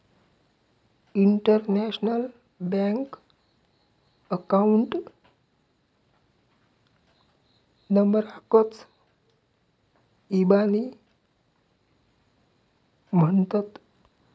international bank account नंबराकच इबानी म्हणतत